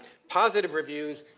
positive reviews.